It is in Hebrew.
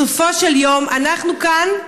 בסופו של יום אנחנו כאן,